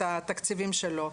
את התקציבים שלו.